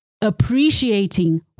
appreciating